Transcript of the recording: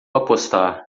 apostar